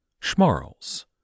Schmarls